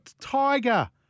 Tiger